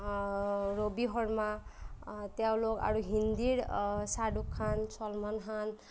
ৰবি শৰ্মা তেওঁলোক আৰু হিন্দীৰ শ্বাহৰুখ খান ছলমান খান